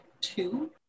two